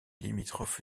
limitrophe